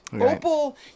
opal